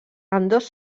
ambdós